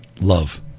Love